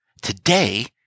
today